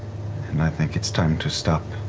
and i think it's time to stop